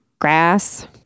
Grass